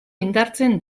indartzen